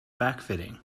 backfitting